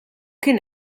kien